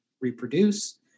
reproduce